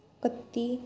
कत्ती